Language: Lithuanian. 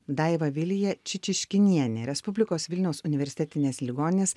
daiva vilija čičiškinienė respublikos vilniaus universitetinės ligoninės